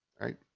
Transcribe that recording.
right